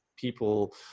people